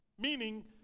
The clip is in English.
meaning